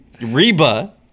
reba